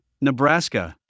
Nebraska